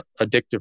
addictive